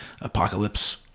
apocalypse